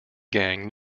gang